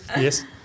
Yes